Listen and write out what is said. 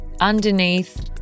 underneath